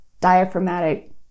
diaphragmatic